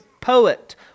poet